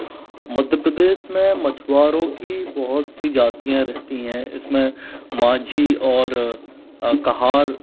मध्य प्रदेस में मछुवारों की बहुत सी जातियाँ रहती हैं इस में माझी और काहार